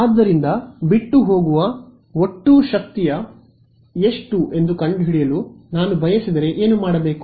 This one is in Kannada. ಆದ್ದರಿಂದ ಬಿಟ್ಟುಹೋಗುವ ಒಟ್ಟು ಶಕ್ತಿಯು ಎಷ್ಟು ಎಂದು ಕಂಡುಹಿಡಿಯಲು ನಾನು ಬಯಸಿದರೆ ಏನು ಮಾಡಬೇಕು